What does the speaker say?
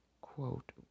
Quote